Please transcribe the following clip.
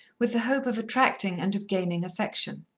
with the hope of attracting, and of gaining affection.